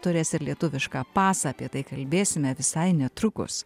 turės ir lietuvišką pasą apie tai kalbėsime visai netrukus